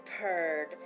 purred